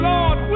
Lord